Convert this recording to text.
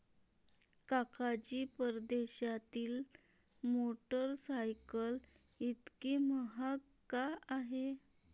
काका जी, परदेशातील मोटरसायकल इतकी महाग का आहे?